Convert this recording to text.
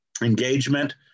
engagement